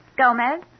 Gomez